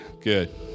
Good